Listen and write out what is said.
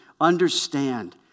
understand